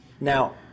now